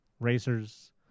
racers